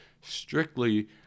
strictly